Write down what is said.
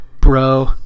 bro